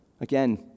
Again